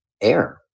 air